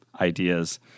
ideas